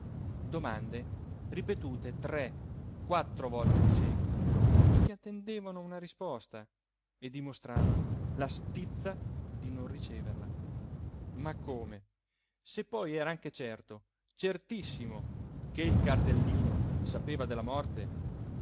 domande ripetute tre quattro volte di seguito che attendevano una risposta e dimostravan la stizza di non riceverla ma come se poi era anche certo certissimo che il cardellino sapeva della morte